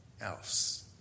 else